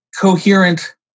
coherent